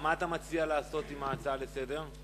מה אתה מציע לעשות עם ההצעה לסדר?